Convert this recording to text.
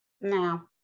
Now